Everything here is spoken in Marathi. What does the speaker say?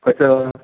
कसं